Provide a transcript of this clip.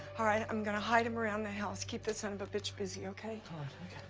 alright, i'm going to hide them around the house, keep the son-of-a-bitch busy, okay. kind of